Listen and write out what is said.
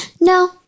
No